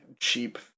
cheap